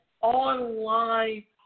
online